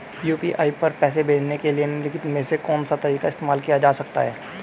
UPI पर पैसे भेजने के लिए निम्नलिखित में से कौन सा तरीका इस्तेमाल किया जा सकता है?